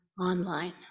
online